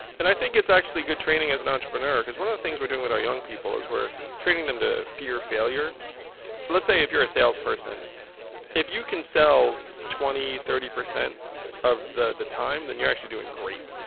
and i think it's actually good training as an entrepreneur because one of the things we're doing with our young people is we're training them to fear failure let's say if you're a salesperson if you can sell twenty, thirty percent of the the time, then you're actually doing great.